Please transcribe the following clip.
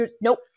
nope